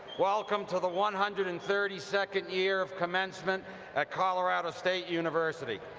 welcome to the one hundred and thirty second year of commencement at colorado state university!